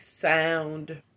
sound